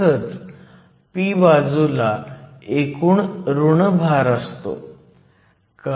तसंच p बाजूला एकूण ऋण भार असतो